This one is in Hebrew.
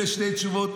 אלו שתי תשובות.